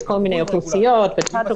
יש כל מיני אוכלוסיות ותת-אוכלוסיות,